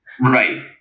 Right